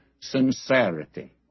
sincerity